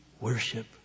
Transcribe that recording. worship